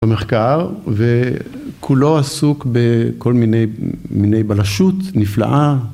‫במחקר, וכולו עסוק ‫בכל מיני בלשות נפלאה.